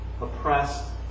Oppressed